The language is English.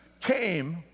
came